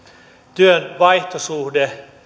työn vaihtosuhde